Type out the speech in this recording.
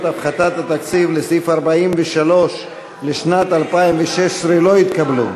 43 לשנת 2016 לא התקבלו.